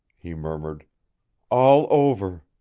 he murmured all over!